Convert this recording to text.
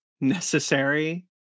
necessary